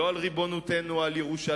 לא על ריבונותנו על ירושלים,